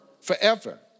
forever